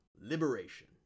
Liberation